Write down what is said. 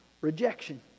rejection